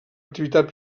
activitat